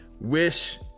wish